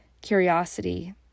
curiosity